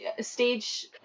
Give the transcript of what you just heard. stage